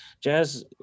jazz